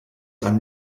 einen